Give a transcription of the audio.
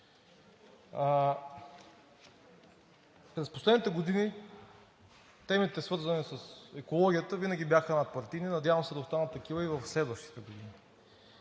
През последните години темите, свързани с екологията, винаги бяха надпартийни, надявам се да останат такива и в следващите години.